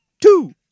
Two